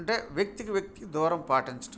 అంటే వ్యక్తికి వ్యక్తికి దూరం పాటించటం